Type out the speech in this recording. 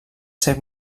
ser